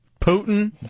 Putin